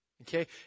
Okay